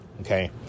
Okay